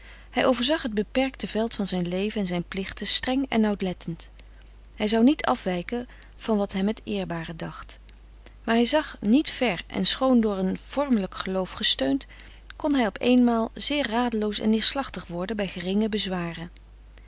hij overzag het beperkte veld van zijn leven en zijn plichten streng en nauwlettend hij zou niet afwijken van wat hem het eerbare dacht maar hij zag niet ver en schoon door een vormelijk geloof gesteund kon hij op eenmaal zeer radeloos en neerslachtig worden bij geringe bezwaren